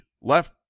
left